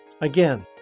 Again